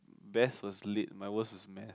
best was lit my worst was math